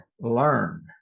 learn